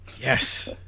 Yes